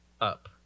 up